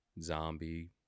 zombie